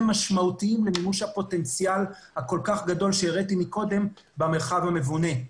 משמעותיים למימוש הפוטנציאל הגדול שהראיתי קודם במרחב המבונה.